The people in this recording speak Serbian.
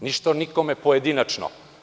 Ništa o nikome pojedinačno.